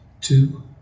Two